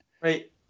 Right